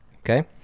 Okay